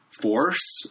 force